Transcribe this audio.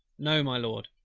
no, my lord,